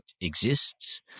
exists